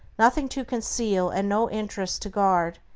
nothing to conceal, and no interests to guard,